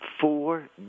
four